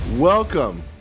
Welcome